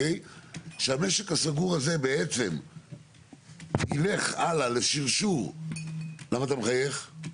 שהמשק הסגור הזה בעצם ילך הלאה לשרשור למה אתה מחייך?